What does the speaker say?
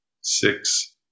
Six